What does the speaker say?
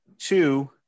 Two